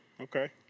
Okay